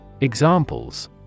Examples